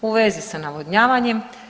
U vezi s navodnjavanjem.